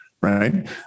right